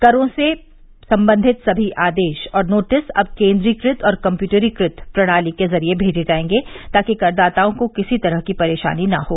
करों से संबंधित सभी आदेश और नोटिस अब केंद्रीक त और कम्यूटरीकृत प्रणाली के जरिये भेजे जाएंगे ताकि करदाताओं को किसी तरह की परेशानी न हो